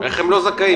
איך הם לא זכאים?